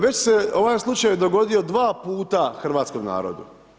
Već se ovaj slučaj dogodio dva puta hrvatskom narodu.